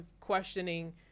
questioning